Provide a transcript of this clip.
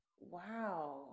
wow